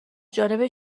جانب